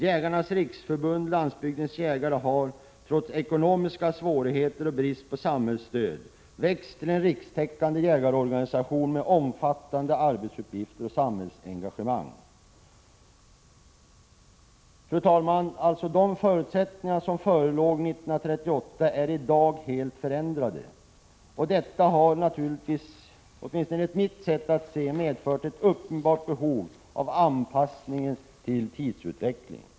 Jägarnas riksförbund-Landsbygdens jägare har, trots ekonomiska svårigheter och brist på samhällsstöd, växt till en rikstäckande jägarorganisation med omfattande arbetsuppgifter och samhällsengagemang. Fru talman! De förutsättningar som förelåg 1938 är i dag helt förändrade. Detta har naturligtvis, åtminstone enligt mitt sätt att se, medfört ett uppenbart behov av anpassning till tidsutvecklingen.